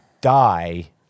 die